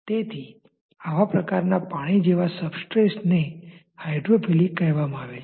તેથી આવા પ્રકારના પાણી જેવા સબસ્ટ્રેટ્સ ને હાઇડ્રોફિલિક કહેવામાં આવે છે